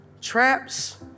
Traps